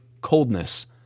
coldness